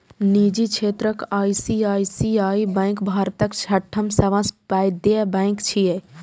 निजी क्षेत्रक ICICI bank भारतक छठम सबसं पैघ बैंक छियै